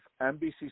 NBC